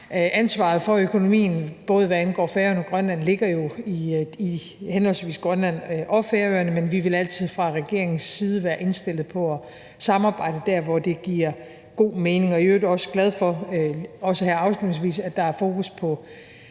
Ansvaret for økonomien, både hvad angår Færøerne og Grønland, ligger jo i henholdsvis Grønland og Færøerne, men vi vil altid fra regeringens side være indstillet på at samarbejde dér, hvor det giver god mening. Jeg er i øvrigt også glad for, vil jeg sige